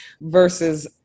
versus